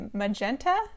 magenta